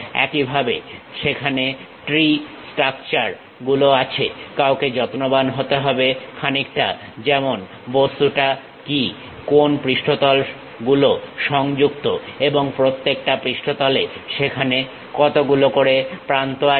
একইভাবে সেখানে tree structure গুলো হবে কাউকে যত্নবান হতে হবে খানিকটা যেমন বস্তুটা কী কোন পৃষ্ঠতল গুলো সংযুক্ত এবং প্রত্যেকটা পৃষ্ঠতলে সেখানে কতগুলো করে প্রান্ত আছে